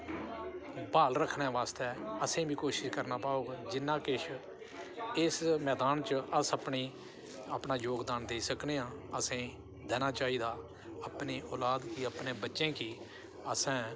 ब्हाल रक्खने आस्तै असेंगी बी कोशिश करना पौह्ग जिन्ना किश इस मदान च अस अपनी अपना योगदान देई सकने आं असेंगी देना चाहिदा अपनी औलाद गी अपने बच्चें गी असें